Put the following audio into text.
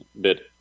bit